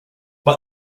but